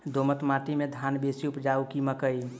दोमट माटि मे धान बेसी उपजाउ की मकई?